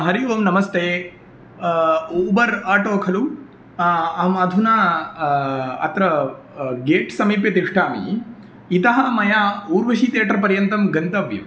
हरिः ओम् नमस्ते ऊबर् आटो खलु अहम् अधुना अत्र गेट् समीपे तिष्ठामि इतः मया ऊर्वशी तियेटर् पर्यन्तं गन्तव्यम्